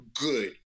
good